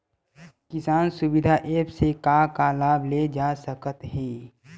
किसान सुविधा एप्प से का का लाभ ले जा सकत हे?